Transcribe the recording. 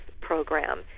program